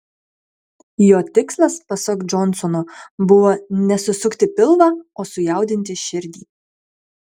jo tikslas pasak džonsono buvo ne susukti pilvą o sujaudinti širdį